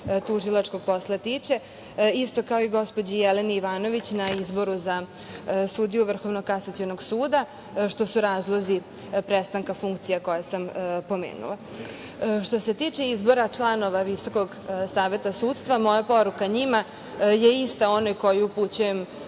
tužilačkog posla tiče, isto kao i gospođi Jeleni Ivanović na izboru sudiju Vrhovnog kasacionog suda, što su razlozi prestanka funkcija koje sam pomenula. Što se tiče izbora članova Visokog saveta sudstva, moja poruka njima je ista ona koju upućujem